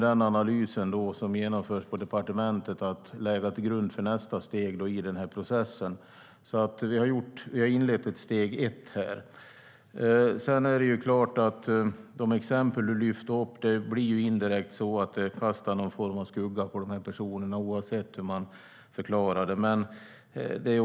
Den analysen, som genomförs på departementet, kommer att ligga till grund för nästa steg i processen. Vi har alltså inlett steg ett. Det är klart att de exempel Mikael Oscarsson lyfter upp indirekt kastar någon form av skugga på de här personerna, oavsett hur man förklarar det.